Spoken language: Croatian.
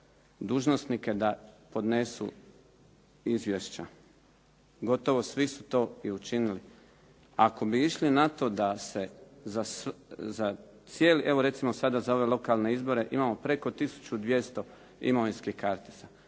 dužnosnike da podnesu izvješća. Gotovo svi su to i učinili. Ako bi išli na to da se za cijeli, evo recimo sada za ove lokalne izbore imamo preko 1200 imovinskih kartica.